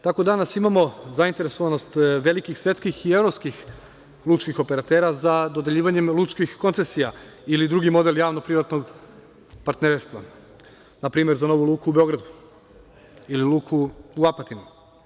Tako danas imamo zainteresovanost velikih svetskih i evropskih lučkih operatera za dodeljivanjem lučkih koncesija ili drugim model javno-privatnog partnerstva npr. za novu luku u Beogradu ili luku u Apatinu.